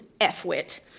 F-wit